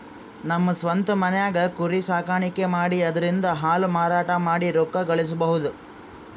ನಮ್ ಸ್ವಂತ್ ಮನ್ಯಾಗೆ ಕುರಿ ಸಾಕಾಣಿಕೆ ಮಾಡಿ ಅದ್ರಿಂದಾ ಹಾಲ್ ಮಾರಾಟ ಮಾಡಿ ರೊಕ್ಕ ಗಳಸಬಹುದ್